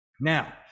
Now